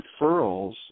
referrals